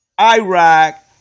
Iraq